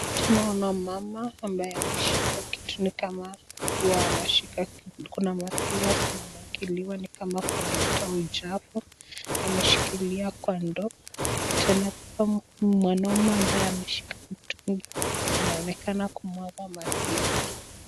Tunaona mama ambaye ameshika kitu ni kama huwa anashika kuna maziwa zinamwagiliwa ni kama wanatoa uchafu wameshikilia kwa ndoo. Tena mwanaume ambaye ameshika mtungi anaonekana kumwaga maziwa.